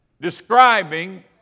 describing